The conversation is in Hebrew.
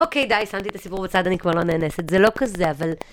אוקיי, די, שמתי את הסיפור בצד, אני כבר לא נאנסת, זה לא כזה, אבל...